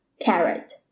carrot